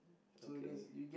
okay